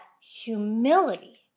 humility